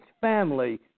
family